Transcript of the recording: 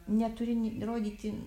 neturi ni rodyti